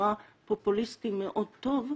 שנראה פופוליסטית מאוד טוב,